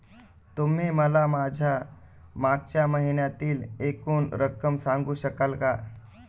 तुम्ही मला माझ्या मागच्या महिन्यातील एकूण रक्कम सांगू शकाल का?